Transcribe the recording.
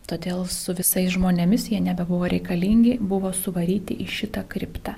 todėl su visais žmonėmis jie nebebuvo reikalingi buvo suvaryti į šitą kriptą